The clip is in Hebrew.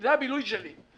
זה הבילוי שלי.